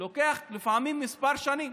אורך לפעמים כמה שנים.